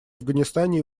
афганистане